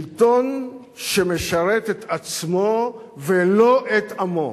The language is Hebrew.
שלטון שמשרת את עצמו ולא את עמו.